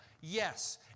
Yes